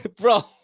bro